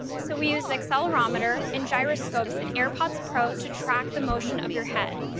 so we use the accelerometer and gyroscopes in airpods pro to track the motion of your head,